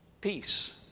peace